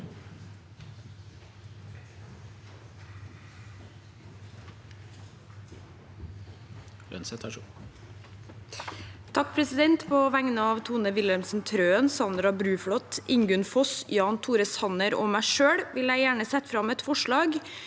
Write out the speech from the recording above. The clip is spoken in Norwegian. (H) På vegne av Tone Wilhelmsen Trøen, Sandra Bruflot, Ingunn Foss, Jan Tore Sanner og meg selv vil jeg gjerne sette fram et forslag